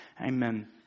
amen